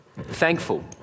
thankful